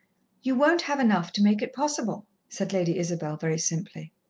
you won't have enough to make it possible, said lady isabel very simply.